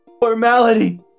formality